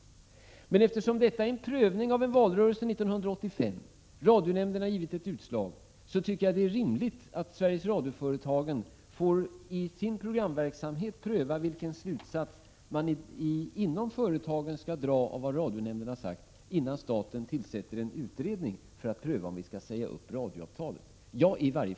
Men eftersom detta är en prövning av en valrörelse 1985 —- radionämnden har givit ett utslag — tycker jag det är rimligt att Sveriges Radio-företagen får i sin programverksamhet pröva vilken slutsats man inom företaget skall dra av vad radionämnden sagt, innan staten tillsätter en utredning för att pröva om vi skall säga upp avtalet med Sveriges Radio.